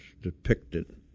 depicted